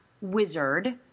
wizard